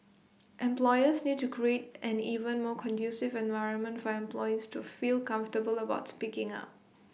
employers need to create an even more conducive environment for employees to feel comfortable about speaking up